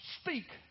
speak